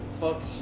fuck